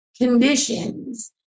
conditions